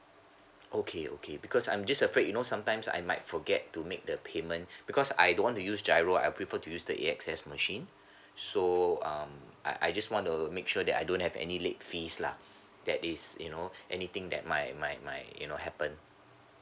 okay okay because I'm just afraid you know sometimes I might forget to make the payment because I don't want to use G_I_R_O I prefer to use the A_X_S machine so um I I just want to make sure that I don't have any late fees lah that is you know anything that my my my you know happen